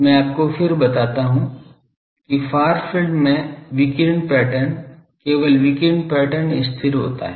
मैं आपको फिर बताता हूं कि फार फील्ड में विकिरण पैटर्न केवल विकिरण पैटर्न स्थिर होता है